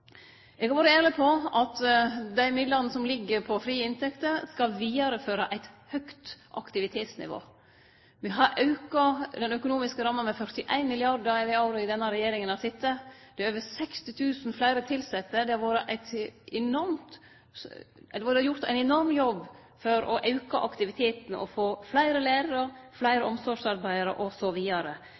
Eg har vore ærleg på at dei midlane som ligg i frie inntekter, skal vidareføre eit høgt aktivitetsnivå. Vi har auka den økonomiske ramma med 41 mrd. kr dei åra denne regjeringa har sete. Det er over 60 000 fleire tilsette. Det har vore gjort ein enorm jobb for å auke aktiviteten, få fleire lærarar, fleire